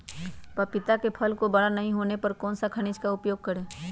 पपीता के फल को बड़ा नहीं होने पर कौन सा खनिज का उपयोग करें?